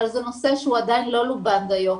אבל זה נושא שהוא עדיין לא לובן דיו.